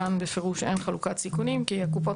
כאן בפירוש אין חלוקת סיכונים כי הקופות